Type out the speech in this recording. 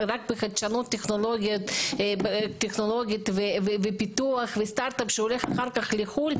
רק בחדשנות טכנולוגית ופיתוח וסטרטאפ שהולך אחר כך לחו"ל?